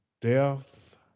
death